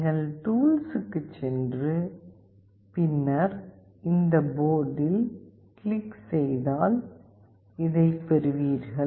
நீங்கள் டூல்ஸ்க்குச் சென்று பின்னர் இந்த போர்ட்டில் கிளிக் செய்தால் இதைப் பெறுவீர்கள்